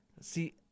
See